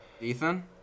Ethan